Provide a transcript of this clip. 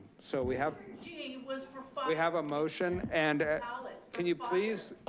so we have g was for for we have a motion. and can you please?